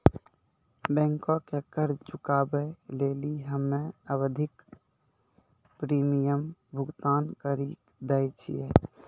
बैंको के कर्जा चुकाबै लेली हम्मे आवधिक प्रीमियम भुगतान करि दै छिये